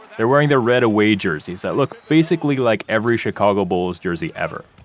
they're wearing their red away jerseys that look basically like every chicago bulls jersey ever.